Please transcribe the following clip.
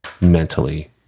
mentally